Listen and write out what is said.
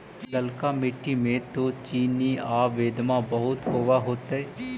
ललका मिट्टी मे तो चिनिआबेदमां बहुते होब होतय?